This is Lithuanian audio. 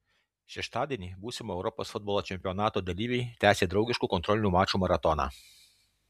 šeštadienį būsimo europos futbolo čempionato dalyviai tęsė draugiškų kontrolinių mačų maratoną